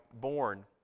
born